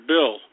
Bill